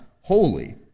holy